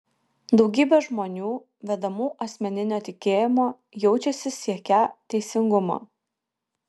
daugybė žmonių vedamų asmeninio tikėjimo jaučiasi siekią teisingumo